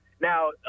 Now